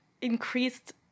increased